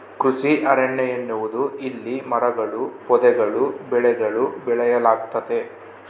ಕೃಷಿ ಅರಣ್ಯ ಎನ್ನುವುದು ಇಲ್ಲಿ ಮರಗಳೂ ಪೊದೆಗಳೂ ಬೆಳೆಗಳೂ ಬೆಳೆಯಲಾಗ್ತತೆ